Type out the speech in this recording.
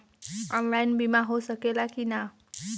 Online बीमा हो सकेला की ना?